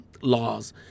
laws